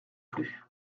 plus